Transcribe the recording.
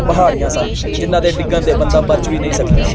ਪਹਾੜੀਆਂ ਸਨ ਜਿੰਨ੍ਹਾਂ ਦੇ ਡਿੱਗਣ 'ਤੇ ਬੰਦਾ ਬਚ ਵੀ ਨਹੀਂ ਸਕਦਾ